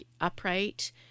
upright